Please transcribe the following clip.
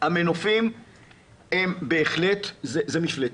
המנופים הם בהחלט מפלצת.